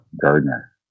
Gardner